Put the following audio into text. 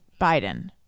Biden